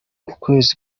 ukwezi